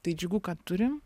tai džiugu kad turim